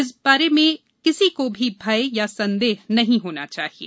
इस बारे में किसी को भी भ्रय या संदेह नहीं होना चाहिये